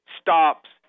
stops